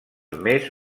més